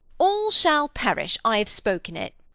all shall perish. i have spoken it.